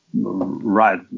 right